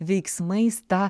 veiksmais tą